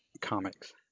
comics